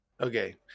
Okay